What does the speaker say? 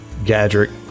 Gadrick